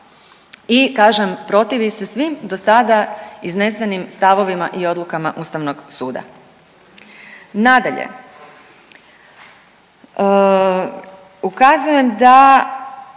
i kažem protivi se svim dosada iznesenim stavovima i odlukama ustavnog suda. Nadalje, ukazujem da